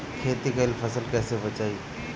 खेती कईल फसल कैसे बचाई?